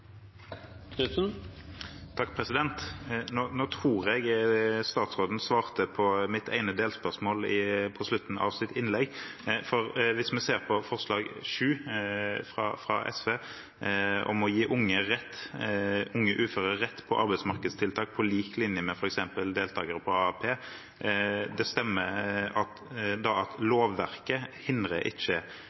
tror statsråden svarte på mitt ene delspørsmål på slutten av sitt innlegg. Hvis vi ser på forslag nr. 7, fra SV, om å gi unge uføre rett til arbeidsmarkedstiltak på linje med f.eks. mottakere av arbeidsavklaringspenger – stemmer det da at lovverket ikke hindrer